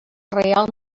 reial